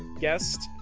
guest